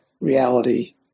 reality